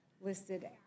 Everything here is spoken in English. listed